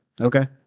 Okay